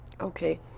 Okay